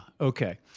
Okay